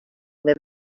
live